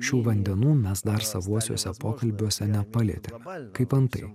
šių vandenų mes dar savuosiuose pokalbiuose nepalietėme kaip antai